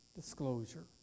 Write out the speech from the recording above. disclosure